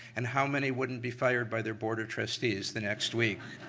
and how many wouldn't be fired by their board of trustees the next week?